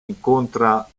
incontra